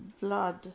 blood